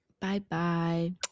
Bye-bye